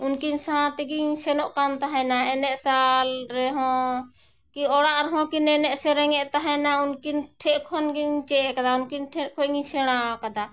ᱩᱱᱠᱤᱱ ᱥᱟᱶ ᱛᱮᱜᱤᱧ ᱥᱮᱱᱚᱜ ᱠᱟᱱ ᱛᱟᱦᱮᱱᱟ ᱮᱱᱮᱡ ᱥᱟᱞ ᱨᱮᱦᱚᱸ ᱠᱤ ᱚᱲᱟᱜ ᱨᱮᱦᱚᱸ ᱠᱤᱱ ᱮᱱᱮᱡ ᱥᱮᱨᱮᱧᱮᱜ ᱛᱟᱦᱮᱱᱟ ᱩᱱᱠᱤᱱ ᱴᱷᱮᱡ ᱠᱷᱚᱱ ᱜᱤᱧ ᱪᱮᱫ ᱟᱠᱟᱫᱟ ᱩᱱᱠᱤᱱ ᱴᱷᱮᱡ ᱠᱷᱚᱡ ᱜᱤᱧ ᱥᱮᱬᱟ ᱟᱠᱟᱫᱟ